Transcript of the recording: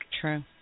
True